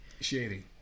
Shady